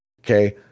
Okay